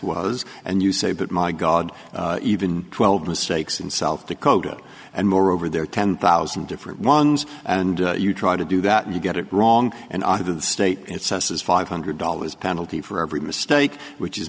was and you say but my god even twelve mistakes in south dakota and moreover there are ten thousand different ones and you try to do that you get it wrong and either the state it's us is five hundred dollars penalty for every mistake which is